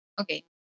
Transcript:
Okay